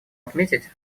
отметить